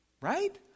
right